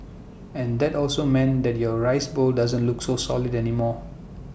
and that also meant that your rice bowl doesn't look so solid anymore